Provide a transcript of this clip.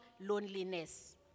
loneliness